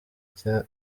cya